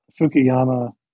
Fukuyama